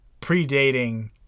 predating